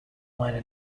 minor